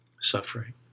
suffering